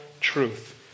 truth